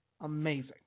Amazing